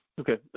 Okay